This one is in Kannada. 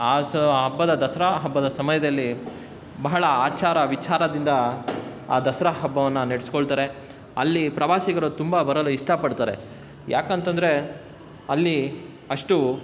ಆ ಸ ಹಬ್ಬದ ದಸರಾ ಹಬ್ಬದ ಸಮಯದಲ್ಲಿ ಬಹಳ ಆಚಾರ ವಿಚಾರದಿಂದ ಆ ದಸರಾ ಹಬ್ಬವನ್ನು ನಡೆಸ್ಕೊಳ್ತಾರೆ ಅಲ್ಲಿ ಪ್ರವಾಸಿಗರು ತುಂಬ ಬರಲು ಇಷ್ಟ ಪಡ್ತಾರೆ ಯಾಕಂತಂದರೆ ಅಲ್ಲಿ ಅಷ್ಟು